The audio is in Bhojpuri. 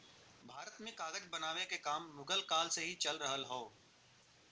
भारत में कागज बनावे के काम मुगल काल से ही चल रहल हौ